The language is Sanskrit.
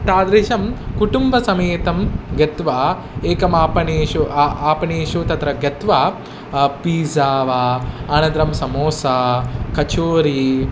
तादृशं कुटुम्बसमेतं गत्वा एकम् आपणेषु आ आपणेषु तत्र गत्वा पीज़ा वा अनन्तरं समोसा कछोरि